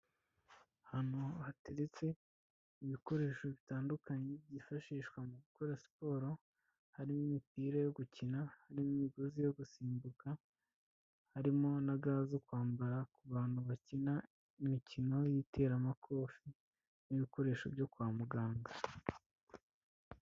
Ahantu hateretse ibikoresho bitandukanye byifashishwa mu gukora siporo, harimo imipira yo gukina, harimo imigozi yo gusimbuka, harimo na ga zo kwambara ku bantu bakina imikino y'iteramakofe n'ibikoresho byo kwa muganga.